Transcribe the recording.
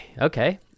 Okay